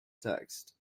text